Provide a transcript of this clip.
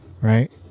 right